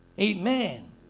Amen